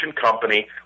company